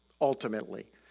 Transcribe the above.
ultimately